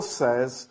says